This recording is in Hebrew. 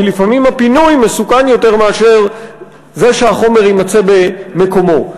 כי לפעמים הפינוי מסוכן יותר מאשר שהחומר יימצא במקומו,